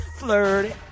flirty